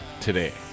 Today